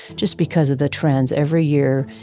just because of the trends every year.